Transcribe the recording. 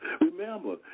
Remember